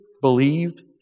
believed